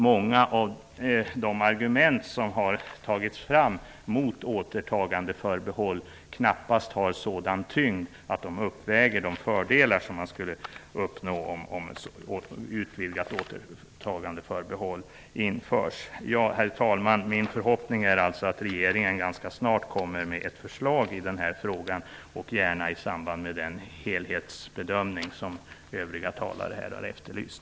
Många av de argument som har tagits fram mot ett återtagandeförbehåll har knappast sådan tyngd att de uppväger de fördelar som skulle uppnås om ett utvidgat återtagandeförbehåll skulle införas. Herr talman! Min förhoppning är alltså att regeringen ganska snart skall komma med ett förslag i den här frågan, gärna i samband med den helhetsbedömning som övriga talare har efterlyst.